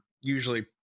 usually